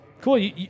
cool